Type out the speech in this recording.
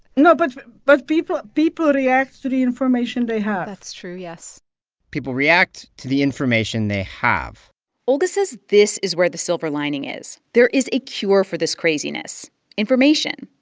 no, but but people people react to the information they have that's true, yes people react to the information they have olga says this is where the silver lining is. there is a cure for this craziness information.